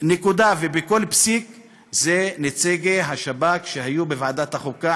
נקודה ובכל פסיק זה נציגי השב"כ שהיו בוועדת החוקה,